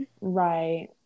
Right